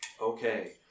Okay